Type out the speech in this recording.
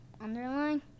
underline